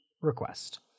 request